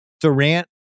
Durant